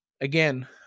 Again